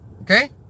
Okay